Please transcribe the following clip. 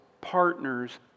partners